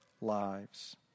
lives